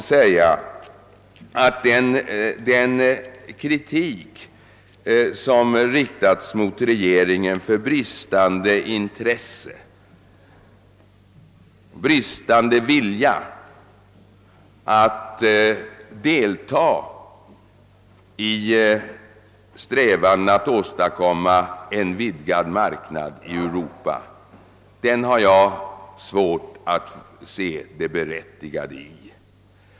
Den kritik som riktats mot rege.- ringen för bristande intresse och vilja att delta i strävandena att åstadkomma en vidgad marknad har jag svårt att se det berättigade i.